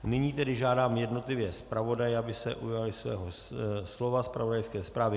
Nyní tedy žádám jednotlivé zpravodaje, aby se ujali svého slova, zpravodajské zprávy.